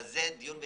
אבל זה דיון בנפרד.